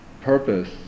purpose